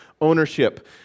ownership